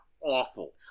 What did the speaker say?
awful